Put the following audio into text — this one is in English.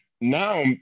now